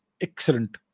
excellent